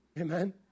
Amen